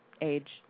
age